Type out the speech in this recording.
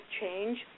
change